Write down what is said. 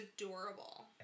adorable